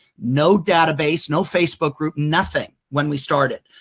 no database. no facebook group. nothing when we started.